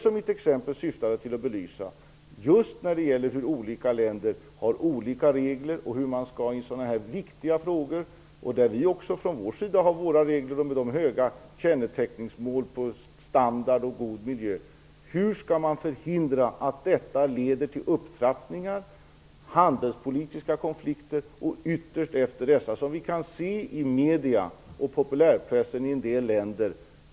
Mitt exempel syftade till att belysa just hur olika länder har olika regler - även vi har ju våra regler och höga mål för standard och god miljö - och hur man i dessa viktiga frågor skall förhindra att detta leder till upptrappningar, handelspolitiska konflikter och skarpa nationalistiska tonlägen. Det kan vi ju se i medierna och populärpressen i en del länder.